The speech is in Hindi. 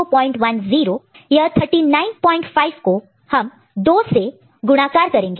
यह 395 को हम दो से गुणाकार मल्टीप्लाई multiply करेंगे